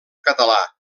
català